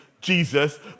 Jesus